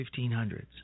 1500's